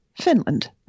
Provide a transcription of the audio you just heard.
Finland